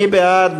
מי בעד?